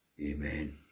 Amen